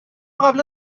قبلا